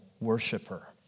worshiper